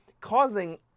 causing